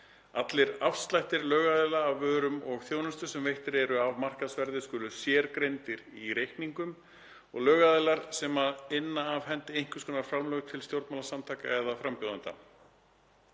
Allir afslættir lögaðila af vörum og þjónustu sem veittir eru af markaðsverði skulu sérgreindir í reikningum. Lögaðilar sem inna af hendi einhvers konar framlög til stjórnmálasamtaka eða frambjóðenda,